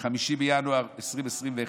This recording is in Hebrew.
5 בינואר 2021,